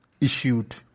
issued